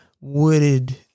wooded